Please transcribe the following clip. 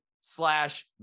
slash